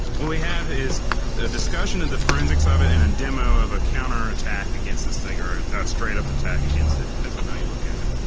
what we have is a discussion of the forensics ah of it and and demo of a counter attack against this thing or and straight up attack against it. depend on how you look at it.